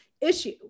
issue